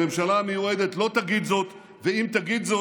הממשלה המיועדת לא תגיד זאת,